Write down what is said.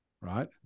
right